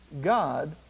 God